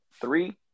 Three